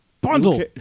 Bundle